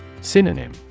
Synonym